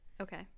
Okay